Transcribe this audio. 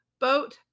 boat